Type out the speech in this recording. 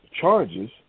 charges